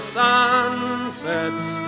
sunsets